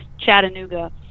Chattanooga